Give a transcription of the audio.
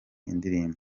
indirimbo